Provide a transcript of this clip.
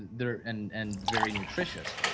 they are and and very nutritious,